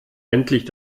endlich